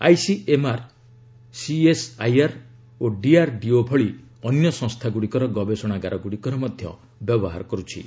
ICMR CSIR ଓ DRDO ଭଳି ଅନ୍ୟ ସଂସ୍ଥାଗୁଡ଼ିକର ଗବେଷଣାଗାରଗ୍ରଡ଼ିକର ମଧ୍ୟ ବ୍ୟବହାର କର୍ତ୍ଥି